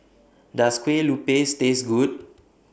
Does Kue Lupis Taste Good